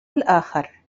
الآخر